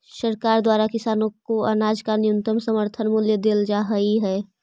सरकार द्वारा किसानों को अनाज का न्यूनतम समर्थन मूल्य देल जा हई है